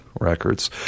records